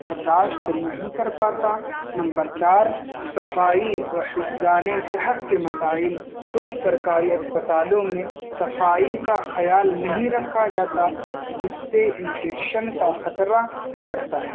برداشت نہیں کر پاتا نمبر چار صفائی و حفظان صحت کے مسائل کچھ سرکاری اسپتالوں میں صفائی کا خیال نہیں رکھا جاتا جس سے انفیکشن کا خطرہ بڑھتا ہے